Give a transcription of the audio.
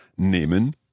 nehmen